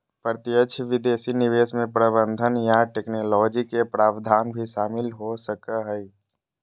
प्रत्यक्ष विदेशी निवेश मे प्रबंधन या टैक्नोलॉजी के प्रावधान भी शामिल हो सको हय